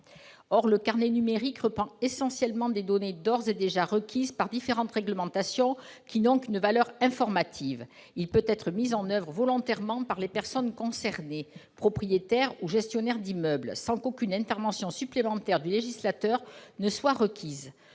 Or ce carnet reprend essentiellement des données d'ores et déjà requises par différentes réglementations qui n'ont qu'une valeur informative. Il peut cependant être mis en oeuvre volontairement par les personnes concernées- les propriétaires ou les gestionnaires d'immeubles -sans qu'aucune intervention du législateur soit requise.